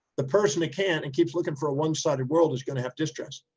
the person that can't and keeps looking for a one sided world is going to have distress.